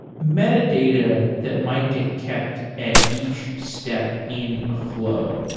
metadata that might get kept at each step in a flow,